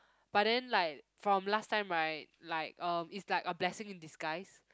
but then like from last time right like uh it's like a blessing in disguise